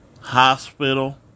hospital